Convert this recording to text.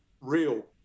real